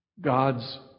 God's